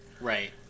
Right